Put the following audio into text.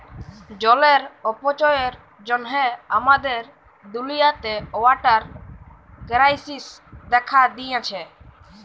জলের অপচয়ের জ্যনহে আমাদের দুলিয়াতে ওয়াটার কেরাইসিস্ দ্যাখা দিঁয়েছে